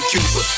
Cuba